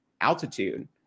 altitude